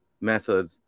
method